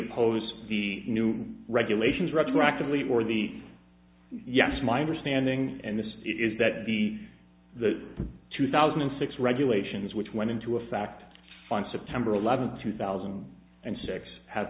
oppose the new regulations retroactively or the yes my understanding is that the the two thousand and six regulations which went into a fact fund september eleventh two thousand and six have